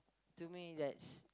to me that's